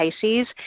Pisces